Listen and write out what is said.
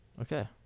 Okay